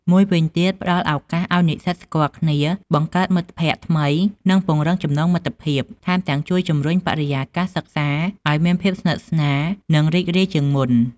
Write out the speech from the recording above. មួយវិញទៀត ផ្ដល់ឱកាសឱ្យនិស្សិតស្គាល់គ្នា បង្កើតមិត្តភក្តិថ្មី និងពង្រឹងចំណងមិត្តភាព ថែមទាំងជួយជំរុញបរិយាកាសសិក្សាអោយមានភាពស្និទ្ធស្នាល និងរីករាយជាងមុន។